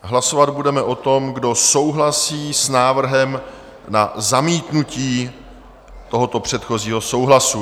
Hlasovat budeme o tom, kdo souhlasí s návrhem na zamítnutí tohoto předchozího souhlasu.